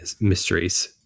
mysteries